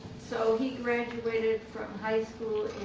so he graduated from high school